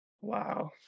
Wow